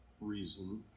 reason